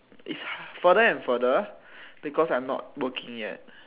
it's further and further because I am not working yet